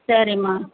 சரிம்மா